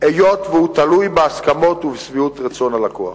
היות שהוא תלוי בהסכמות ובשביעות רצון הלקוח.